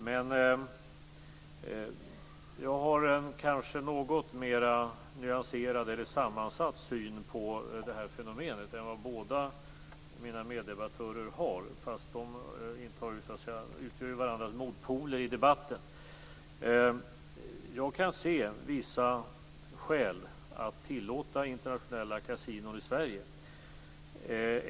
Men jag har kanske en något mer nyanserad och sammansatt syn på fenomenet än vad båda mina meddebattörer har. De utgör varandras motpoler i debatten. Jag kan se vissa skäl att tillåta internationella kasinon i Sverige.